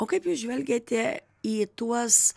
o kaip jūs žvelgiate į tuos